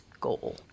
goal